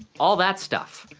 all that stuff,